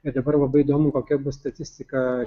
ir dabar labai įdomu kokia bus statistika